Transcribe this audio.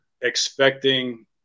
expecting